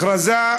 הכרזה,